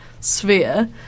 sphere